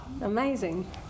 Amazing